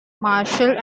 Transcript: marshall